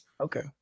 Okay